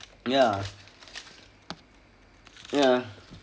ya ya